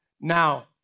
now